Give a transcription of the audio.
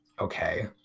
okay